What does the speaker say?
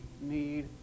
need